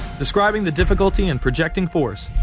describing the difficulty in projecting force,